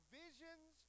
visions